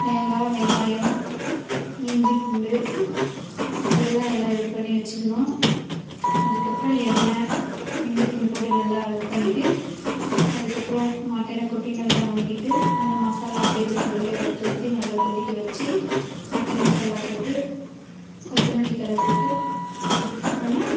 தேங்காய் வெங்காயம் இஞ்சி பூண்டு இதெல்லாம் எல்லாம் இது பண்ணி வச்சுக்கணும் அதுக்கப்புறம் எண்ணெய் இஞ்சி பூண்டு போட்டு நல்லா இது பண்ணிட்டு அதுக்கப்புறம் மட்டனை கொட்டி நல்லா வணக்கிட்டு அந்த மசாலா ஆட்டி வச்சுருக்கறதுலாம் எடுத்து ஊற்றி நல்லா கொதிக்க வச்சு மட்டன் மசாலா போட்டு கொத்தமல்லி தழை போட்டு இது பண்ணால்